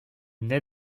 naît